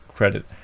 credit